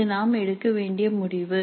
இது நாம் எடுக்க வேண்டிய முடிவு